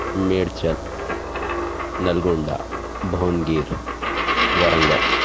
Medchal Nalgonda Bhongir Warangal